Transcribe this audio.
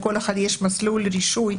לכל אחד יש מסלול רישוי,